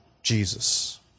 Jesus